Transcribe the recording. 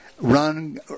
run